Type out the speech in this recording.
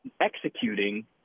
executing